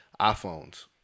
iPhones